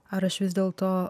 ar aš vis dėlto